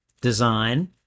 design